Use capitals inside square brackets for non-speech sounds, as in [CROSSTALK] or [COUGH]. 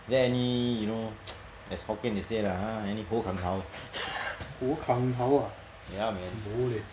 is there any you know [NOISE] as hokkien they say lah !huh! any ho kan dao [LAUGHS] ya man